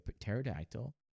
pterodactyl